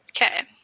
Okay